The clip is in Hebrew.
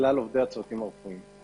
כלל עובדי הצוותים הרפואיים.